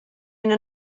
ina